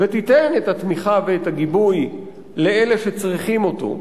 ותיתן את התמיכה ואת הגיבוי לאלה שצריכים אותם,